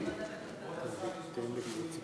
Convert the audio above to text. אינה נוכחת,